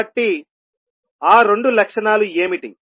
కాబట్టి ఆ రెండు లక్షణాలు ఏమిటి